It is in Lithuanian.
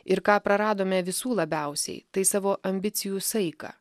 ir ką praradome visų labiausiai tai savo ambicijų saiką